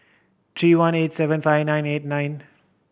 three one eight seven five nine eight nine